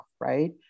right